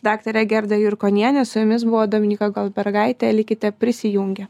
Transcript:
daktarė gerda jurkonienė su jumis buvo dominyka goldbergaitė likite prisijungę